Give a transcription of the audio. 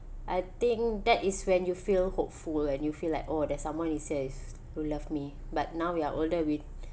I think that is when you feel hopeful and you feel like oh there's someone is save who love me but now we are older with